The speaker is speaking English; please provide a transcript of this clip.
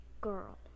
girl